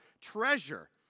treasure